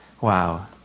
Wow